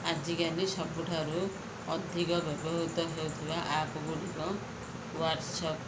ଆଜିକାଲି ସବୁଠାରୁ ଅଧିକ ବ୍ୟବହୃତ ହେଉଥିବା ଆପ୍ ଗୁଡ଼ିକ ୱାଟସ୍ଅପ୍